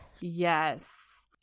Yes